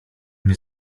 mnie